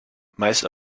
meist